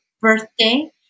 birthday